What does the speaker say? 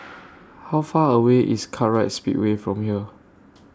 How Far away IS Kartright Speedway from here